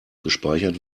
gespeichert